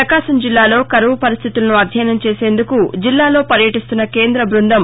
ప్రకాశం జిల్లాలో కరువు పరిస్టితులను అధ్యయనం చేసేందుకు జిల్లాలో పర్యటిస్తున్న కేంద్ర బృందం